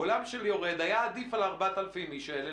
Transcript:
בעולם של יורד היה עדיף על 4,000 האיש האלה